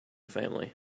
family